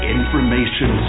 Information